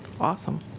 Awesome